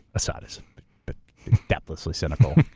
assad is but depthlessly cynical.